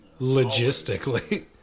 logistically